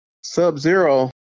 Sub-Zero